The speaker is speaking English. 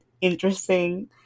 interesting